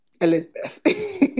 Elizabeth